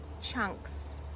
chunks